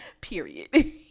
Period